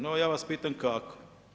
No, ja Vas pitam kako?